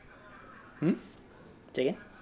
!huh! say again